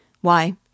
Why